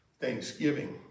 thanksgiving